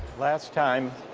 last time